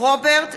רוברט טיבייב,